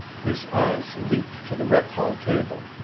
his eyes leaped to the rec-hall table.